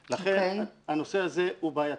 לכן, הנושא הזה הוא בעייתי.